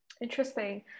Interesting